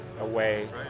away